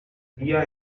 via